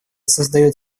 создает